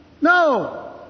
No